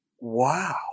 wow